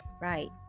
right